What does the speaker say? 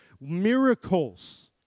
miracles